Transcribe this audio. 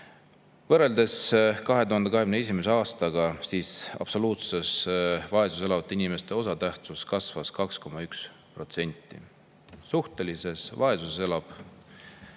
Võrreldes 2021. aastaga kasvas absoluutses vaesuses elavate inimeste osatähtsus 2,1%. Suhtelises vaesuses elab